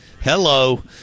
Hello